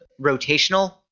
rotational